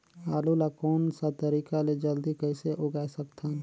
आलू ला कोन सा तरीका ले जल्दी कइसे उगाय सकथन?